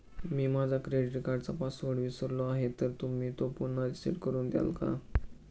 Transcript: मी माझा क्रेडिट कार्डचा पासवर्ड विसरलो आहे तर तुम्ही तो पुन्हा रीसेट करून द्याल का?